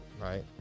right